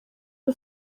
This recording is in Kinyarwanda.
the